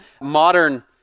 modern